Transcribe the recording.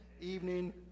evening